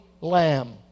lamb